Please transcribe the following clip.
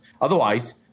Otherwise